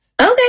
Okay